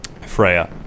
Freya